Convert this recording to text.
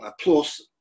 Plus